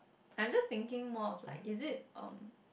I'm just thinking more of like is it um